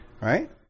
right